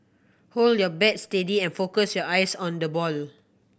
hold your bat steady and focus your eyes on the ball